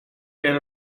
ger